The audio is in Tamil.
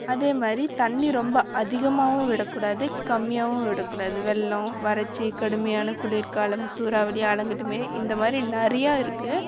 அதே மாதிரி தண்ணி ரொம்ப அதிகமாகவும் விடக்கூடாது கம்மியாகவும் விடக்கூடாது வெள்ளம் வறட்சி கடுமையான குளிர்காலம் சூறாவளி ஆலங்கட்டி மழை இந்த மாதிரி நிறையா இருக்குது